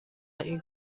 این